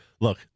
look